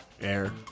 Air